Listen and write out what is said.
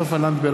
סופה לנדבר,